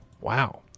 wow